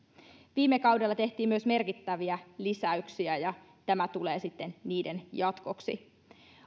viime kaudella tehtiin merkittäviä lisäyksiä ja tämä tulee sitten niiden jatkoksi